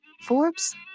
Forbes